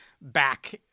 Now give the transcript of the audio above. back